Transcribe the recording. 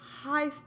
high